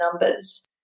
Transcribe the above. numbers